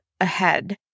ahead